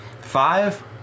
Five